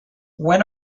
when